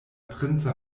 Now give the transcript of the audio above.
princa